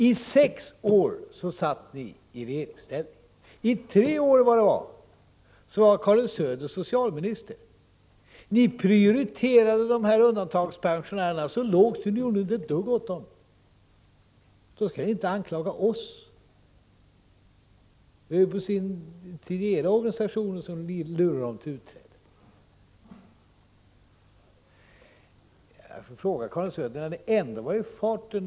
I sex år satt ni i regeringsställning, i tre år var Karin Söder socialminister. Ni prioriterade de här undantagandepensionärerna så lågt att ni inte gjorde ett dugg för dem, då skall ni inte anklaga oss. Det var ju era organisationer som på sin tid lurade dem till utträde ur ATP.